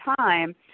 time